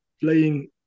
playing